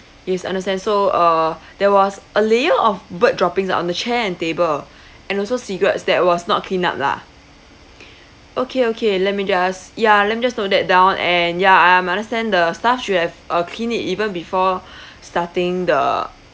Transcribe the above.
yes understand so uh there was a layer of bird droppings on the chair and table and also cigarettes that was not cleaned up lah okay okay let me just ya let me just note that down and ya um understand the staff should have uh clean it even before starting the